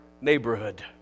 neighborhood